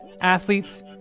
athletes